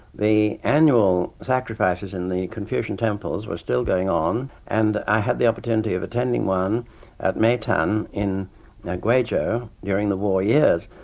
the annual sacrifices in the confucian temples were still going on, and i had the opportunity of attending one at maitong um in guizha, during the war years.